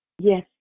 Yes